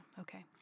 Okay